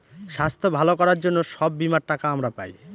স্বাস্থ্য ভালো করার জন্য সব বীমার টাকা আমরা পায়